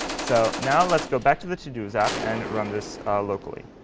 so now let's go back to the todos app and run this locally.